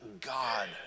God